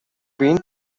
been